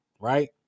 right